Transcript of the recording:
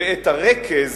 ואת הרכז,